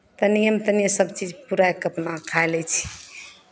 तनिए ने तनिए सभचीज पुराए कऽ अपना खाए लै छियै